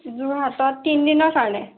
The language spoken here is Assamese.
যোৰহাটত তিনিদিনৰ কাৰণে